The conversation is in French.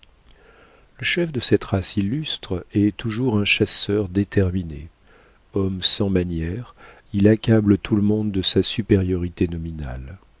le chef de cette race illustre est toujours un chasseur déterminé homme sans manières il accable tout le monde de sa supériorité nominale